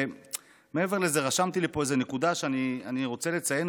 מעבר לזה רשמתי לי פה איזה נקודה שאני רוצה לציין: